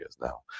now